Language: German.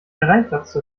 hereinplatzte